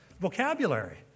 vocabulary